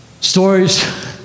stories